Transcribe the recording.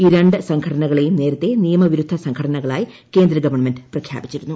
ഈ രണ്ട് സംഘടനകളെയും നേരത്തെ നിയമവിരുദ്ധ സംഘടനകളായി കേന്ദ്രഗവൺമെന്റ് പ്രഖ്യാപിച്ചിരുന്നു